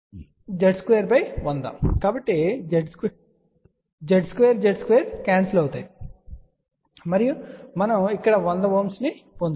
Z2100 కాబట్టి Z2 Z2 cancel అవుతాయి మరియు మనము ఇక్కడ 100 Ω పొందుతాము